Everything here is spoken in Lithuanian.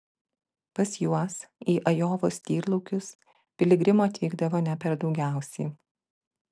pas juos į ajovos tyrlaukius piligrimų atvykdavo ne per daugiausiai